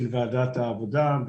של ועדת העבודה,